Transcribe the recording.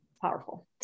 powerful